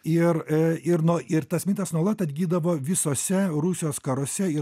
ir ir nu ir tas mitas nuolat atgydavo visose rusijos karuose ir